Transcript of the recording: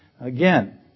again